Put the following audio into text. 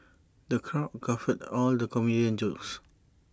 the crowd guffawed at the comedian's jokes